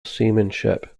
seamanship